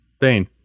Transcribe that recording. Bane